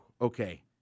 Okay